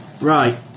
right